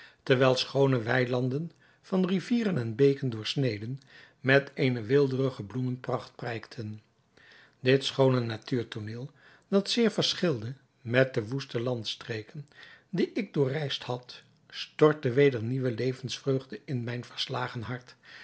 terwijl schoone weilanden van rivieren en beken doorsneden met eene weelderige bloemenpracht prijkten dit schoone natuurtooneel dat zeer verschilde met de woeste landstreken die ik doorreisd had stortte weder nieuwe levensvreugde in mijn verslagen hart